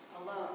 alone